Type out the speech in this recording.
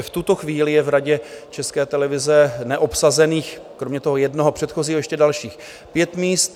Takže v tuto chvíli je v Radě České televize neobsazených kromě toho jednoho předchozího ještě dalších pět míst.